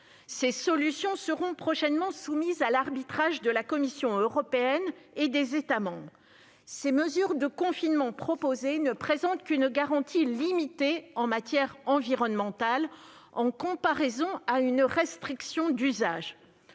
Ces solutions seront prochainement soumises à l'arbitrage de la Commission européenne et des États membres. Les mesures de confinement proposées n'offrent qu'une garantie limitée en matière environnementale, en comparaison avec une restriction d'usage.